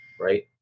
Right